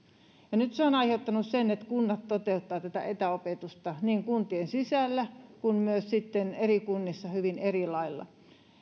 ja se on nyt aiheuttanut sen että kunnat toteuttavat tätä etäopetusta niin kuntien sisällä kuin myös eri kunnissa hyvin eri lailla